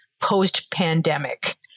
post-pandemic